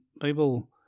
people